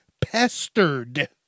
pestered